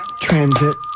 Transit